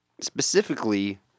Specifically